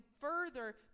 further